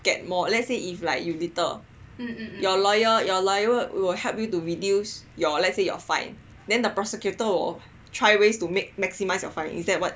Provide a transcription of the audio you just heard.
get more or let's say if like you litter your lawyer your lawyer will help you to reduce your let's say your fine then the prosecutor will try ways to make maximize your fine is that what